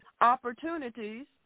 opportunities